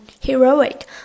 heroic